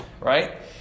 right